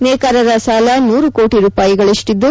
ನೇಕಾರರ ಸಾಲ ನೂರು ಕೋಟಿ ರೂಪಾಯಿಗಳಷ್ಟಿದ್ದು